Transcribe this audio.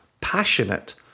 passionate